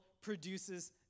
produces